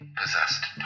possessed